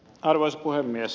arvoisa puhemies